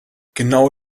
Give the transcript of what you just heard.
genau